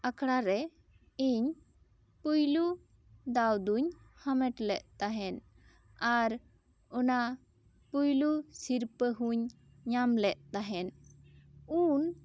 ᱟᱠᱷᱲᱟ ᱨᱮ ᱤᱧ ᱯᱩᱭᱞᱩ ᱫᱟᱶ ᱫᱚᱧ ᱦᱟᱢᱮᱴ ᱞᱮᱫ ᱛᱟᱦᱮᱱ ᱟᱨ ᱚᱱᱟ ᱯᱩᱭᱞᱩ ᱥᱤᱨᱯᱷᱟᱹ ᱦᱚᱧ ᱧᱟᱢ ᱞᱮᱫ ᱛᱟᱦᱮᱱ ᱩᱱ